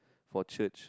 for church